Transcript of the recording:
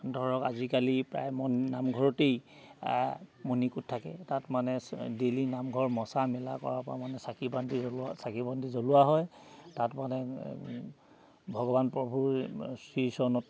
ধৰক আজিকালি প্ৰায় মন নামঘৰতেই মুনিকোট থাকে তাত মানে ডেইলি নামঘৰ মছা মেলা কৰাৰ পৰা মানে চাকি বন্তি জ্বলোৱা চাকি বন্তি জ্বলোৱা হয় তাত মানে ভগৱান প্ৰভুৰ শ্ৰীচৰণত